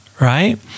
right